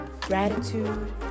gratitude